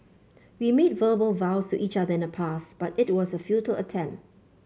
we made verbal vows to each other in the past but it was a futile attempt